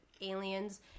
aliens